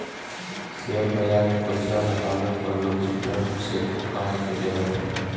share बाजार में पईसा लगवला पअ लोग रिटर्न से खूब कमाई कईले बाटे